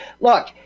Look